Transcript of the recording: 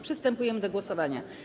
Przystępujemy do głosowania.